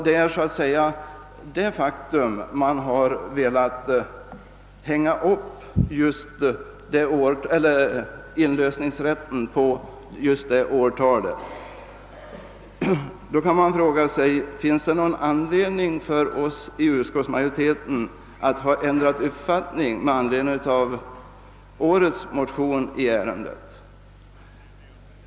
Därför ville man hänga upp inlösningsrätten på just. detta datum. Nu kan man fråga om det har funnits någon anledning för oss i utskottets majoritet att ändra uppfattning på grund av årets motion i detta ärende.